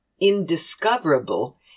indiscoverable